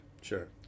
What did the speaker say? Sure